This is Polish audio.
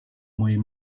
mojej